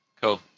Cool